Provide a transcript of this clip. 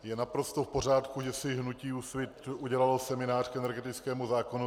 Je naprosto v pořádku, že si hnutí Úsvit udělalo seminář k energetickému zákonu.